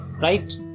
Right